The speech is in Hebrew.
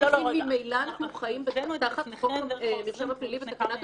ממילא אנחנו חיים תחת חוק המרשם הפלילי ותקנת השבים,